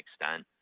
extent